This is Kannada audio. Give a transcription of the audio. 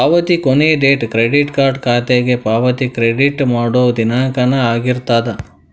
ಪಾವತಿ ಕೊನಿ ಡೇಟು ಕ್ರೆಡಿಟ್ ಕಾರ್ಡ್ ಖಾತೆಗೆ ಪಾವತಿ ಕ್ರೆಡಿಟ್ ಮಾಡೋ ದಿನಾಂಕನ ಆಗಿರ್ತದ